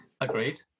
agreed